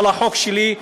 אבל החוק שלי,